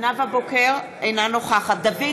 אינה נוכחת דוד